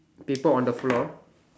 paper on the floor